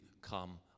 come